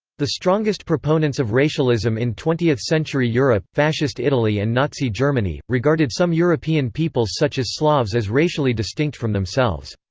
the strongest proponents of racialism in twentieth century europe, fascist italy and nazi germany, regarded some european peoples such as slavs as racially distinct from themselves.